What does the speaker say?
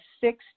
six